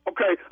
Okay